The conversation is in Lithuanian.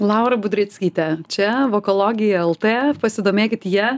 laura budreckytė čia vokologija lt pasidomėkit ja